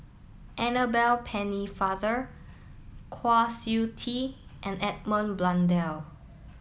Annabel Pennefather Kwa Siew Tee and Edmund Blundell